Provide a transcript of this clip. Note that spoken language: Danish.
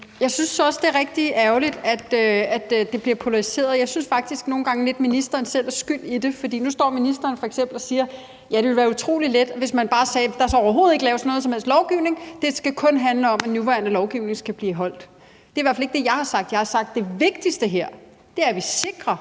Jeg synes også, det er rigtig ærgerligt, at det bliver polariseret, og jeg synes faktisk nogle gange lidt, at ministeren selv er skyld i det. For nu står ministeren f.eks. og siger: Ja, det ville være utrolig let, hvis man bare sagde, at der overhovedet ikke skulle laves noget som helst lovgivning; at det kun skal handle om, at den nuværende lovgivning skal overholdes. Det er i hvert fald ikke det, jeg har sagt. Jeg har sagt, at det vigtigste her er, at vi sikrer,